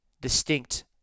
distinct